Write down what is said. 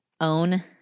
own